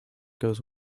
goes